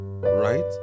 Right